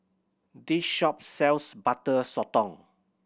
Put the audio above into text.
this shop sells Butter Sotong